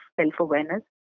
self-awareness